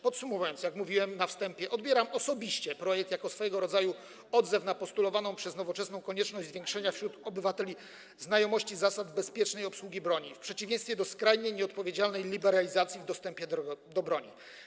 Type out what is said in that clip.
Podsumowując, jak mówiłem na wstępie, odbieram osobiście projekt jako swego rodzaju odzew na postulowaną przez Nowoczesną konieczność zwiększenia wśród obywateli znajomości zasad bezpiecznej obsługi broni w przeciwieństwie do skrajnie nieodpowiedzialnej liberalizacji dostępu do broni.